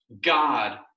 God